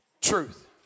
truth